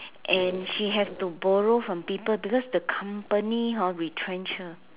and she has to borrow from people because the company hor retrench her